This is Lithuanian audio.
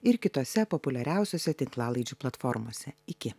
ir kitose populiariausiose tinklalaidžių platformose iki